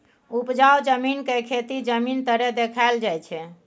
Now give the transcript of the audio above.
उपजाउ जमीन के खेती जमीन तरे देखाइल जाइ छइ